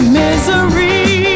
misery